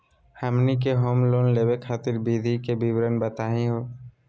हमनी के home loan लेवे खातीर विधि के विवरण बताही हो?